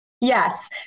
yes